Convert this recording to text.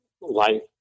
life